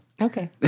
Okay